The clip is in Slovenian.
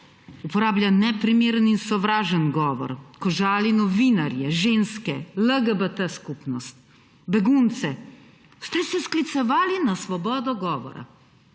uporablja neprimeren in sovražen govor, ko žali novinarje, ženske, LGBT skupnost, begunce, ste se sklicevali na svobodo govora.